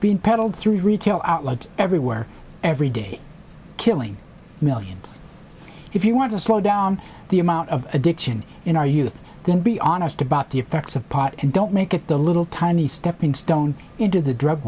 being peddled through retail outlets everywhere every day killing millions if you want to slow down the amount of addiction in our youth then be honest about the effects of pot and don't make it the little tiny steppingstone into the drug